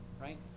right